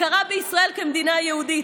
הכרה בישראל כמדינה יהודית,